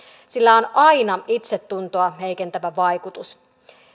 sillä on aina itsetuntoa heikentävä vaikutus